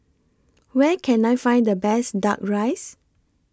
Where Can I Find The Best Duck Rice